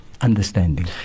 Understanding